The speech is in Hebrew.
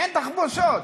אין תחבושות,